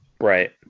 Right